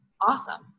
Awesome